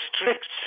strict